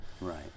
right